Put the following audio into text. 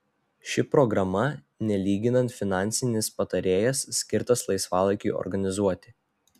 ši programa nelyginant finansinis patarėjas skirtas laisvalaikiui organizuoti